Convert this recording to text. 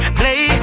play